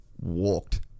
walked